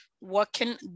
working